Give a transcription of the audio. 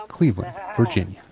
cleveland, virginia.